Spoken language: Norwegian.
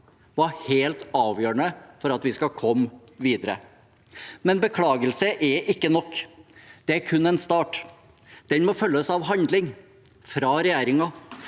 var helt avgjørende for at vi skal komme videre, men en beklagelse er ikke nok. Det er kun en start. Den må følges av handling fra regjeringen.